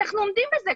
אנחנו עומדים בזה,